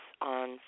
on